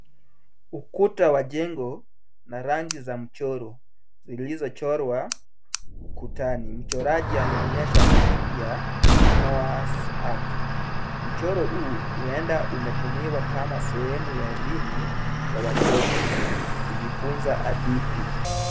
Ukuta wa jengo na rangi za mchoro zilizochorwa ukutani. Mchoraji ameonyesha hadithi ya Noah's ark . Mchoro huu huenda umetumiwa kama sehemu ya elimu kwa watoto kujifunza hadithi.